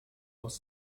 aus